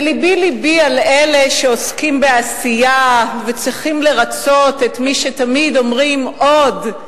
ולבי לבי על אלה שעוסקים בעשייה וצריכים לרצות את מי שתמיד אומרים: עוד,